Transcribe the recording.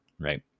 right